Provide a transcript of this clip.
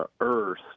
earth